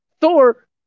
Thor